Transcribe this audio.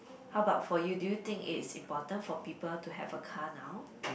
how about for you do you think it's important for people to have a car now